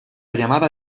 llamada